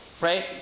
right